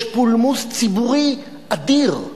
יש פולמוס ציבורי אדיר.